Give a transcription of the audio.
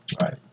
Right